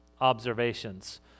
observations